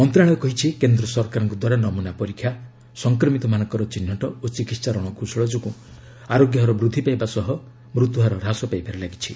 ମନ୍ତ୍ରଣାଳୟ କହିଛି କେନ୍ଦ୍ ସରକାରଙ୍କ ଦ୍ୱାରା ନମୁନା ପରୀକ୍ଷା ସଂକ୍ରମିତମାନଙ୍କର ଚିହ୍ନଟ ଓ ଚିକିତ୍ସା ରଣକୌଶଳ ଯୋଗୁଁ ଆରୋଗ୍ୟ ହାର ବୃଦ୍ଧି ପାଇବା ସହ ମୃତ୍ୟୁହାର ହ୍ରାସ ପାଇବାରେ ଲାଗିଛି